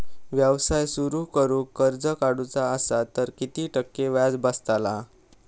व्यवसाय सुरु करूक कर्ज काढूचा असा तर किती टक्के व्याज बसतला?